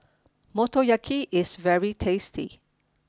Motoyaki is very tasty